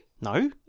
No